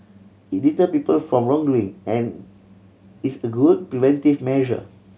it deter people from wrongdoing and is a good preventive measure